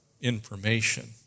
information